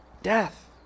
death